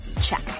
Check